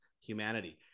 humanity